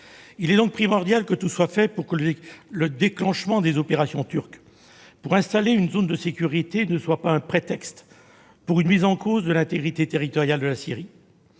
Il est primordial que tout soit fait pour que le déclenchement des opérations turques visant à installer une zone de sécurité ne soit pas le prétexte à une remise en cause de l'intégrité territoriale de la Syrie.